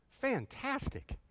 fantastic